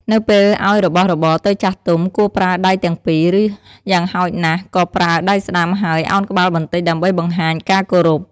នៅពេលឲ្យរបស់របរទៅចាស់ទុំ គួរប្រើ ដៃទាំងពីរ ឬយ៉ាងហោចណាស់ក៏ប្រើ ដៃស្តាំ ហើយ ឱនក្បាលបន្តិច ដើម្បីបង្ហាញការគោរព។